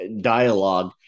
dialogue